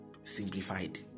simplified